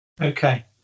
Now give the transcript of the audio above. okay